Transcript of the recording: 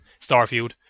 Starfield